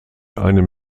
einem